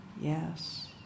yes